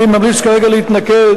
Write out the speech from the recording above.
אני ממליץ כרגע להתנגד,